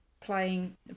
playing